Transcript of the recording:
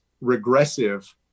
regressive